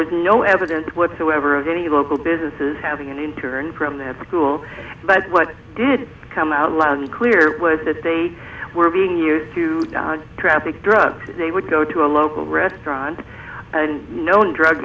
was no evidence whatsoever of any local businesses having an intern from the school but what did come out loud and clear was that they were being used to traffic drugs they would go to a local restaurant known drug